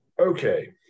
Okay